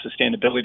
sustainability